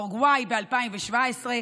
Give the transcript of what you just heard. אורוגוואי ב-2017,